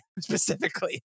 specifically